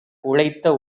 உழைத்த